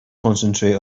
concentrate